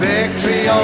Victory